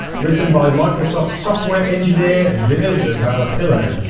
written by microsoft software engineer, vinod ah valloppillil,